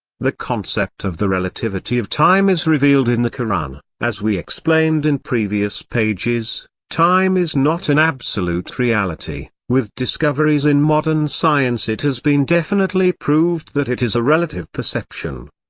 the concept of the relativity of time is revealed in the koran as we explained in previous pages, time is not an absolute reality with discoveries in modern science it has been definitely proved that it is a relative perception.